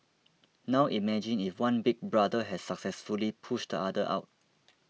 now imagine if one Big Brother has successfully pushed the other out